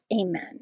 Amen